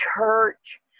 church